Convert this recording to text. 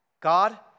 God